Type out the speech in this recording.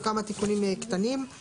ואני גם בשאר הדברים,